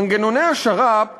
מנגנוני השר"פ